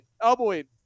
elbowing